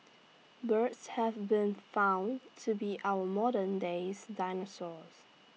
birds have been found to be our moderndays dinosaurs